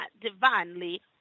divinely